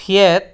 Fiat